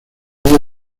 halla